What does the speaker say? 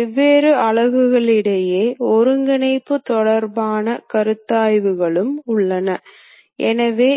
எனவே பல சூழ்நிலைகளில் CNC இயந்திரங்கள்